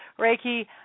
Reiki